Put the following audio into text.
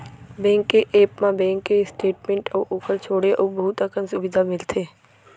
bank के app म bank के स्टेट मेंट अउ ओकर छोंड़े अउ बहुत अकन सुबिधा मिलथे